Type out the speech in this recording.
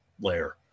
layer